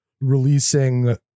releasing